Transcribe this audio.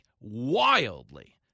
wildly